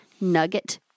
nugget